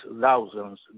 thousands